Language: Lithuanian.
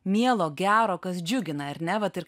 mielo gero kas džiugina ar ne vat ir